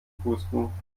pusten